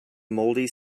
mouldy